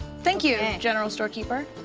thank you, general store keeper.